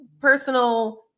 personal